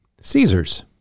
Caesar's